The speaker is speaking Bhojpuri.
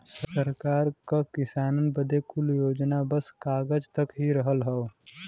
सरकार क किसानन बदे कुल योजना बस कागज तक ही रहल हौ